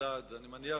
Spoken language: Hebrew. אני מניח,